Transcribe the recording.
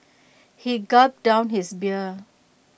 he gulped down his beer